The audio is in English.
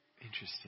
Interesting